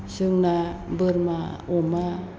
जोंना बोरमा अमा